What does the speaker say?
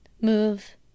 move